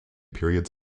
periods